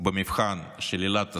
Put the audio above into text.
במבחן של עילת הסבירות.